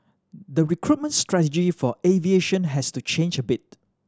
the recruitment strategy for aviation has to change a bit